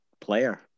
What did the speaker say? player